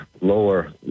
lower